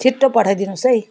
छिट्टो पठाइदिनु होस् है